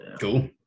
cool